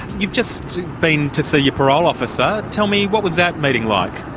you've just been to see your parole officer. tell me, what was that meeting like?